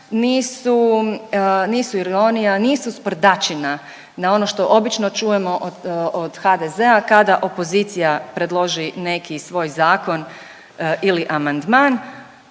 nisu ironija, nisu sprdačina na ono što obično čujemo od HDZ-a kada opozicija predloži neki svoj zakon ili amandman.